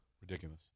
Ridiculous